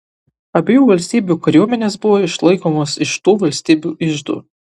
abiejų valstybių kariuomenės buvo išlaikomos iš tų valstybių iždų